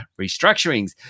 restructurings